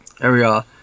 area